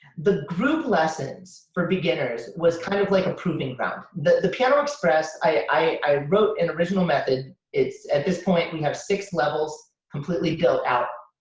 the group lessons for beginners, was kind of like a proving ground. the the piano express, i wrote an original method. it's at this point, we have six levels completely built out.